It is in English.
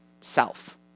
self